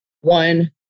One